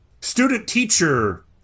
student-teacher